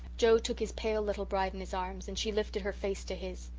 joe took his pale little bride in his arms and she lifted her face to his.